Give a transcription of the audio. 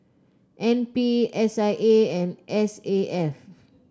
N P S I A and S A F